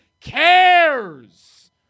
cares